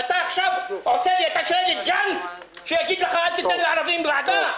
ואתה עכשיו שואל את גנץ שהוא יגיד לך אל תיתן לערבים ועדה?